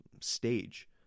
stage